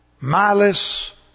malice